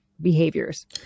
behaviors